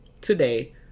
today